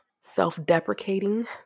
self-deprecating